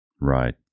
Right